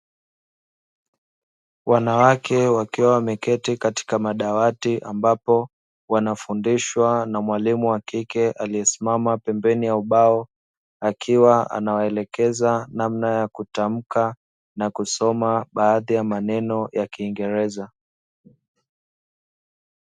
Wanawake wakiwa wameketi katika madawati, ambapo wanafundishwa na mwalimu wa kike, aliyesimama pembeni ya ubao akiwa anawaelekeza namna ya kutamka na kusoma baadhi ya maneno ya kiingereza.